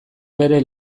bere